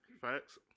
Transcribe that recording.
Facts